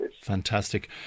Fantastic